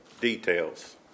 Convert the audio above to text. details